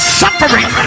suffering